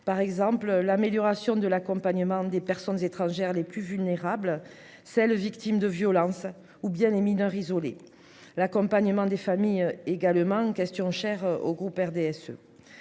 par exemple l'amélioration de l'accompagnement des personnes étrangères les plus vulnérables celles victimes de violences ou bien les mineurs isolés, l'accompagnement des familles également question cher au groupe RDSE.